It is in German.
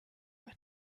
ein